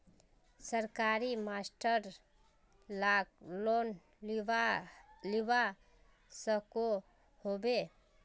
सरकारी मास्टर लाक लोन मिलवा सकोहो होबे?